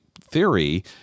theory